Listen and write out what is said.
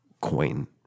coin